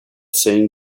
saying